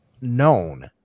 known